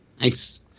Nice